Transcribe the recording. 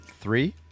three